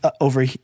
over